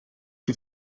die